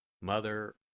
Mother